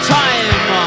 time